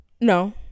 No